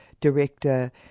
director